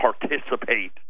participate